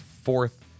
fourth